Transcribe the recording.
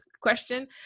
question